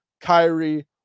Kyrie